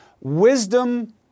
wisdom